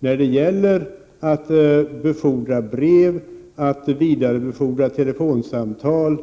När det gäller att befordra brev och att vidarebefordra telefonsamtal